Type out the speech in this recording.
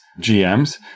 GMs